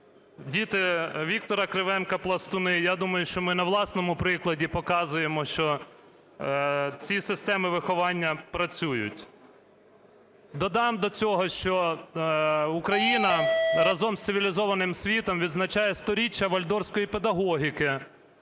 діти Віктора Кривенка – пластуни, я думаю, що ми на власному прикладі показуємо, що ці системи виховання працюють. Додам до цього, що Україна разом з цивілізованим світом відзначає 100-річчя вальдорфської педагогіки.